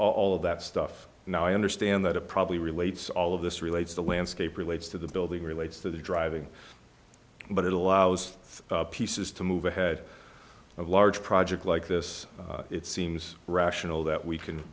all of that stuff now i understand that it probably relates all of this relates the landscape relates to the building relates to the driving but it allows pieces to move ahead of a large project like this it seems rational that we can